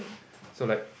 so like